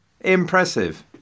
Impressive